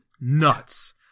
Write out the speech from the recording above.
nuts